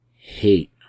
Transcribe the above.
hate